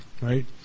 right